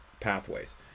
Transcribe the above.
pathways